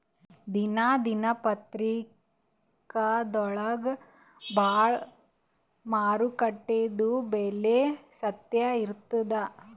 ದಿನಾ ದಿನಪತ್ರಿಕಾದೊಳಾಗ ಬರಾ ಮಾರುಕಟ್ಟೆದು ಬೆಲೆ ಸತ್ಯ ಇರ್ತಾದಾ?